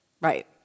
Right